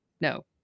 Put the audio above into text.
no